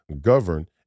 govern